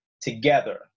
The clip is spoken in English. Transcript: together